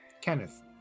Kenneth